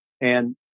And-